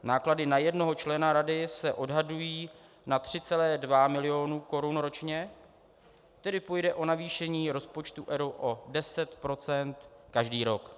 Náklady na jednoho člena rady se odhadují na 3,2 mil. korun ročně, tedy půjde o navýšení rozpočtu ERÚ o 10 % každý rok.